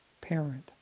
parent